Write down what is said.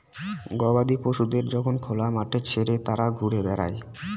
গবাদি পশুদের যখন খোলা মাঠে ছেড়ে তারা ঘুরে বেড়ায়